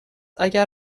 اگر